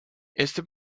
este